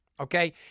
Okay